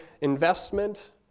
investment